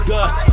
Gus